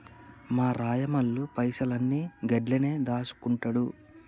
మా రాయమల్లు పైసలన్ని గండ్లనే దాస్కుంటండు